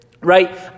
right